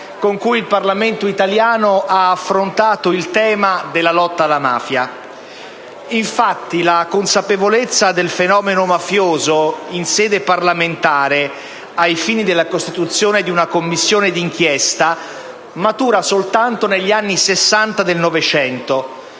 con cui il Parlamento italiano ha affrontato il tema della lotta alla mafia. Infatti, la consapevolezza del fenomeno mafioso in sede parlamentare, ai fini della costituzione di una Commissione d'inchiesta, matura soltanto negli anni Sessanta del Novecento.